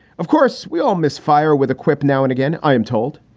of course, we all misfire with a quip now and again, i am told.